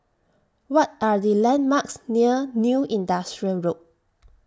What Are The landmarks near New Industrial Road